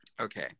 okay